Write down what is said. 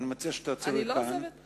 אני מציע שתעצרי כאן, את עוד לא עוזבת אותנו.